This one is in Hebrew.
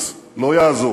הצד הפלסטיני.